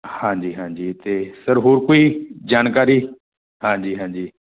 ਹਾਂਜੀ ਹਾਂਜੀ ਅਤੇ ਸਰ ਹੋਰ ਕੋਈ ਜਾਣਕਾਰੀ ਹਾਂਜੀ ਹਾਂਜੀ